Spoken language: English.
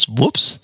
whoops